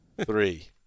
Three